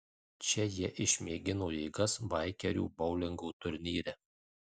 čia jie išmėgino jėgas baikerių boulingo turnyre